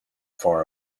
far